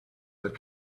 that